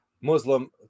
muslim